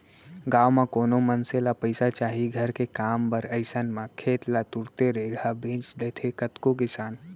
गाँव म कोनो मनसे ल पइसा चाही घर के काम बर अइसन म खेत ल तुरते रेगहा बेंच देथे कतको किसान